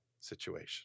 situation